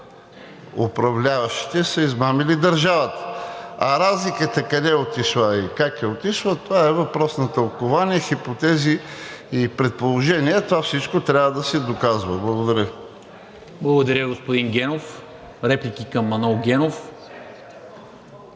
управляващите, са измамили държавата, а разликата къде е отишла и как е отишла това е въпрос на тълкувание, хипотези и предположения, това всичко трябва да се доказва. Благодаря. ПРЕДСЕДАТЕЛ НИКОЛА МИНЧЕВ: Благодаря, господин Генов. Реплики към Манол Генов?